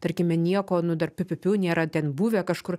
tarkime nieko nu dar tfu tfu tfu nėra ten buvę kažkur